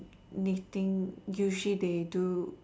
knitting usually they do